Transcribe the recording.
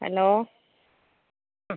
hello ഉം